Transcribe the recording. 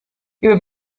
über